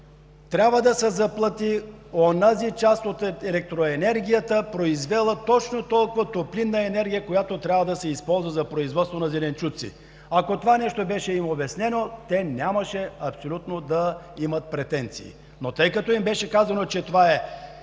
трябва да се заплати онази част от електроенергията, произвела точно толкова топлинна енергия, която трябва да се използва за производство на зеленчуци. Ако това нещо им беше обяснено, те нямаше да имат претенции. Но тъй като им беше казано, че това е